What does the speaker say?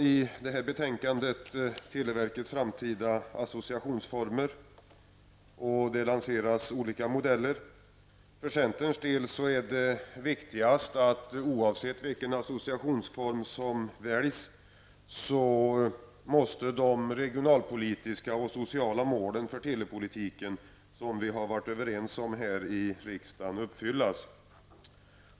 I detta betänkande tas även televerkets framtida associationsformer upp, och olika modeller lanseras. Oavsett vilken associationsform som väljs är det för centerns del viktigast att de regionalpolitiska och sociala målen för telepolitiken, som vi här i riksdagen har varit överens om, uppfylls.